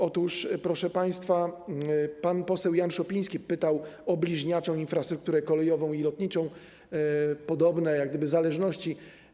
Otóż, proszę państwa, pan poseł Jan Szopiński pytał o bliźniaczą infrastrukturę kolejową i lotniczą, podobne zależności.